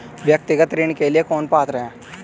व्यक्तिगत ऋण के लिए कौन पात्र है?